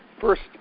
First